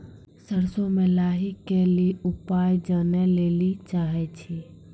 सरसों मे लाही के ली उपाय जाने लैली चाहे छी?